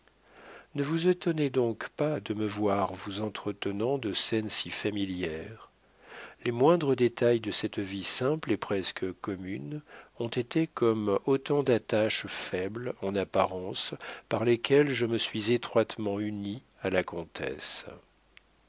ne vous étonnez donc pas de me voir vous entretenant de scènes si familières les moindres détails de cette vie simple et presque commune ont été comme autant d'attaches faibles en apparence par lesquelles je me suis étroitement uni à la comtesse